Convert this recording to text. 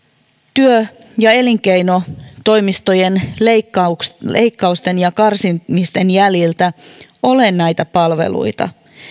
työ ja elinkeinotoimistojen leikkausten ja karsimisten jäljiltä ole näitä palveluita